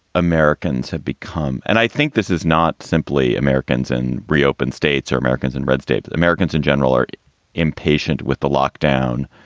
americans have become. and i think this is not simply americans and reopen states are americans and red state but americans in general are impatient with the lockdown